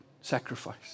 sacrifice